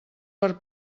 per